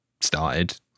started